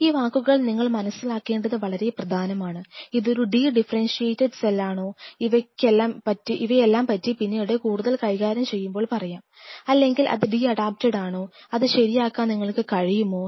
ഈ വാക്കുകൾ നിങ്ങൾ മനസ്സിലാക്കേണ്ടത് വളരെ പ്രധാനമാണ് ഇത് ഒരു ഡി ഡിഫറെന്ഷിയേറ്റഡ് സെലാണോ ഇവയെയെല്ലാം പറ്റി പിന്നീട് കൂടുതൽ കൈകാര്യം ചെയ്യുമ്പോൾ പറയാം അല്ലെങ്കിൽ അത് ഡി അഡാപ്റ്റഡ് ആണോ അത് ശരിയാക്കാൻ നിങ്ങൾക്ക് കഴിയുമോ